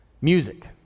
Music